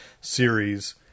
series